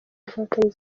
inkotanyi